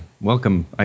welcome